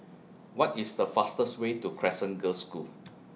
What IS The fastest Way to Crescent Girls' School